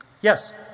Yes